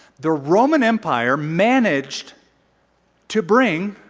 the roman empire managed to bring